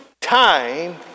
time